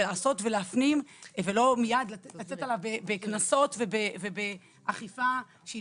לעשות ולהפנים ולא מיד לצאת עליו בקנסות ובאכיפה שהיא